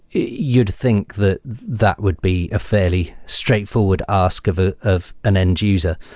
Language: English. you'd think that that would be a fairly straightforward ask of ah of an end-user,